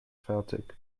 fertig